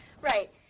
Right